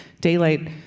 daylight